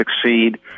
succeed